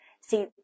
See